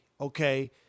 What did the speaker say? okay